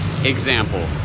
example